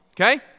Okay